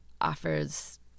offers